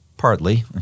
Partly